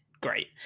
great